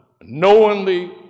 knowingly